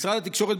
משרד התקשורת,